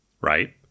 Right